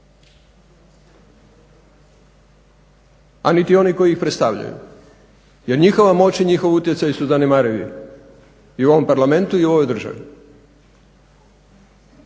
a niti oni koji ih predstavljaju. Jer njihova moć i njihov utjecaj su zanemarivi i u ovom Parlamentu i u ovoj državi.